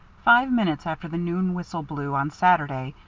five minutes after the noon whistle blew, on saturday,